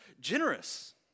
generous